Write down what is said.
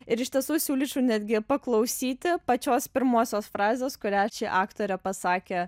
ir iš tiesų siūlyčiau netgi paklausyti pačios pirmosios frazės kurią ši aktorė pasakė